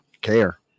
care